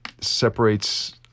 separates